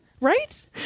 right